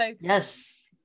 Yes